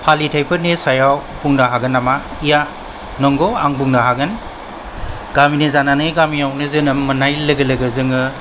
फालिथाइफोरनि सायाव बुंनो हागोन नामा या नंगौ आं बुंनो हागोन गामिनि जानानै गामियावनो जोनोम मोन्नाय लोगो लोगो जोङो